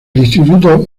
instituto